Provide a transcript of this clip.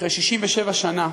אחרי 67 שנה,